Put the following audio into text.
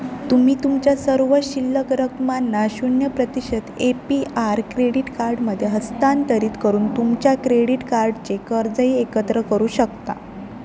तुम्ही तुमच्या सर्व शिल्लक रकमांना शून्य प्रतिशत ए पी आर क्रेडिट कार्डमध्ये हस्तांतरित करून तुमच्या क्रेडिट कार्डही कर्जही एकत्र करू शकता